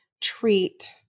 treat